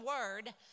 word